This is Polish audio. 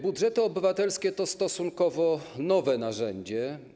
Budżety obywatelskie to stosunkowo nowe narzędzie.